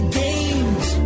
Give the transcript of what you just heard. games